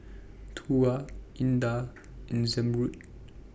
Tuah Indah and Zamrud